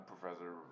professor